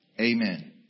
Amen